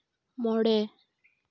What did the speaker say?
ᱢᱚᱬᱮ